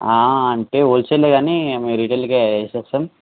అంటే హోల్సేల్ కానీ మేము రీటైల్కు వేస్తాం